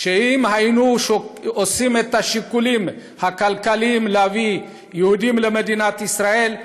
שאם היינו עשים את השיקולים הכלכליים להביא יהודים למדינת ישראל,